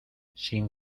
sin